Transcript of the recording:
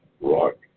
Rock